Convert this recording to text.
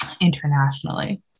internationally